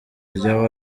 rya